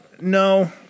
No